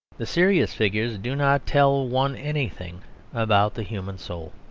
the serious figures do not tell one anything about the human soul.